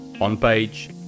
On-page